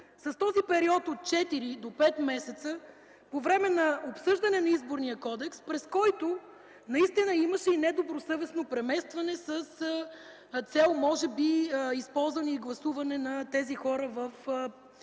с периода от 4 до 5 месеца по време на обсъждане на Изборния кодекс, през който имаше и недобросъвестно преместване с цел може би използване и гласуване на тези хора в изборите,